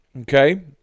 okay